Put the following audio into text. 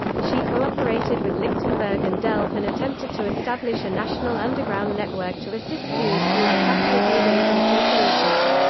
she cooperated with lichtenberg and delp and attempted to establish a national underground network to assist jews through the catholic aid agency caritas.